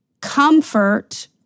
comfort